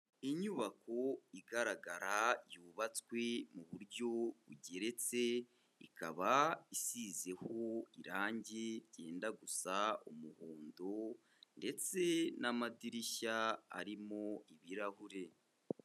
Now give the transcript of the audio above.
Inyubako igaragara, yubatswe mu buryo bugeretse, ikaba isizeho irangi ryenda gusa umuhondo, ndetse n'amadirishya arimo ibirahure.